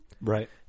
Right